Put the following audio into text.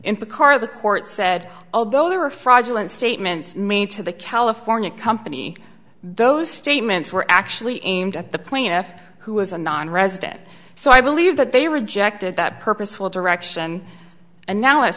in the car the court said although there were fraudulent statements made to the california company those statements were actually aimed at the plaintiff who was a nonresident so i believe that they rejected that purposeful direction an